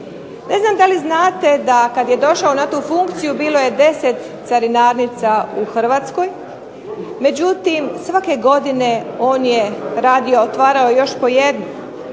Ne znam da li znate da kad je došao na tu funkciju, bilo je 10 carinarnica u Hrvatskoj, međutim svake godine on je radio, otvarao još po jednu,